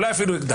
אולי אפילו יגדל.